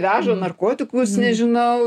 veža narkotikus nežinau